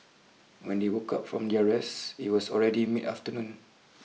when they woke up from their rest it was already mid afternoon